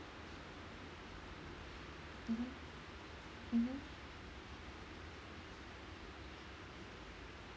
mmhmm mmhmm